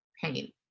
pain